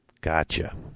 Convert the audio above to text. Gotcha